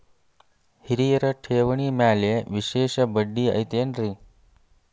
ಹಿರಿಯರ ಠೇವಣಿ ಮ್ಯಾಲೆ ವಿಶೇಷ ಬಡ್ಡಿ ಐತೇನ್ರಿ?